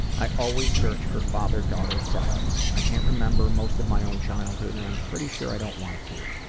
i always search for father-daughter setups. i can't remember most of my own childhood and i'm pretty sure i don't want to.